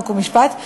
חוק ומשפט,